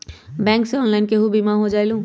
Bank से online केहु बिमा हो जाईलु?